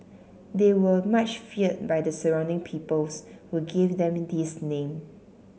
they were much feared by the surrounding peoples who gave them this name